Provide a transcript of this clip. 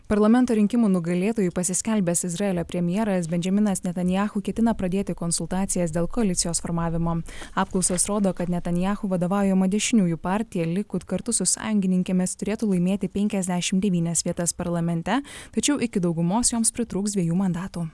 parlamento rinkimų nugalėtoju pasiskelbęs izraelio premjeras bendžiaminas netanyahu ketina pradėti konsultacijas dėl koalicijos formavimo apklausos rodo kad netanyahu vadovaujama dešiniųjų partija likud kartu su sąjungininkėmis turėtų laimėti penkiasdešim devynias vietas parlamente tačiau iki daugumos joms pritrūks dviejų mandatų